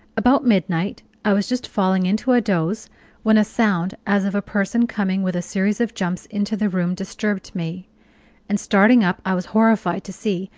about midnight, i was just falling into a doze when a sound as of a person coming with a series of jumps into the room disturbed me and starting up i was horrified to see,